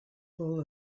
full